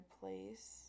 place